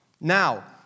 Now